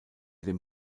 dem